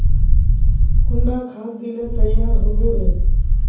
कुंडा खाद दिले तैयार होबे बे?